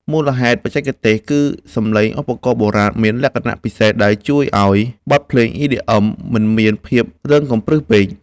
មូលហេតុបច្ចេកទេសគឺសំឡេងឧបករណ៍បុរាណមានលក្ខណៈពិសេស ដែលជួយឱ្យបទភ្លេង EDM មិនមានភាពរឹងកំព្រឹសពេក។